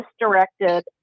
misdirected